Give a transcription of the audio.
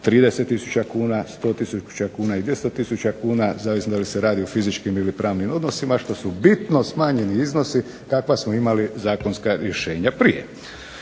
30000 kuna, 100000 kuna i 200000 kuna zavisno da li se radi o fizičkim ili pravnim odnosima što su bitno smanjeni iznosi kakva smo imali zakonska rješenja prije.